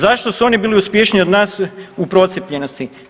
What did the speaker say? Zašto su oni bili uspješniji od nas u procijepljenosti?